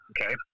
okay